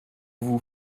vous